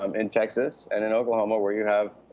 um in texas and in oklahoma where you have